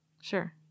Sure